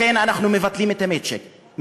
לכן אנחנו מבטלים את המצ'ינג,